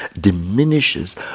diminishes